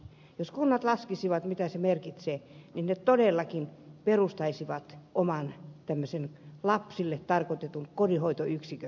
jos kunnat laskisivat mitä se merkitsee niin ne todellakin perustaisivat oman lapsille tarkoitetun kodinhoitoyksikön